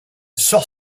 sort